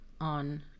on